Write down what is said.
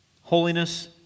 Holiness